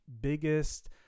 biggest